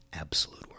absolute